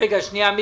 אני